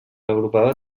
agrupava